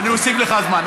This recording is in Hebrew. אוסיף לך זמן.